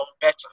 better